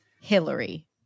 Hillary